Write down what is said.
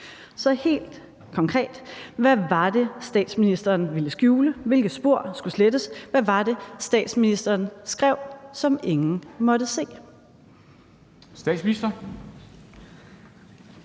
helt konkret: Hvad var det, statsministeren ville skjule? Hvilke spor skulle slettes? Hvad var det, statsministeren skrev, som ingen måtte se?